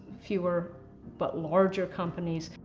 fewer but larger companies.